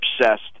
obsessed